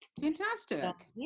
Fantastic